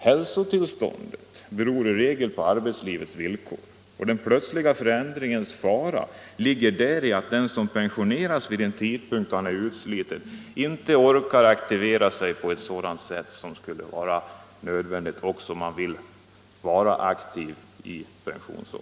Hälsotillståndet beror i regel på arbetslivets villkor, och den plötsliga förändringens fara ligger däri att den som pensioneras vid en tidpunkt då han är utsliten inte orkar aktivera sig tillräckligt.